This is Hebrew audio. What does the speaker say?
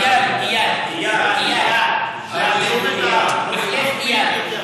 אייל, אייל, אייל, מחלף אייל.